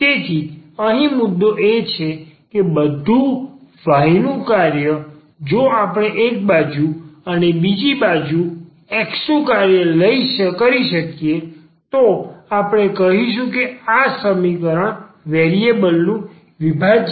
તેથી અહીં મુદ્દો એ છે કે બધું y નું કાર્ય જો આપણે એક બાજુ અને બીજી બાજુ x નું કાર્ય કરી શકીએ તો આપણે કહીશું કે આ સમીકરણ વેરિએબલ નું વિભાજ્ય છે